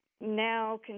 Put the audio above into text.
now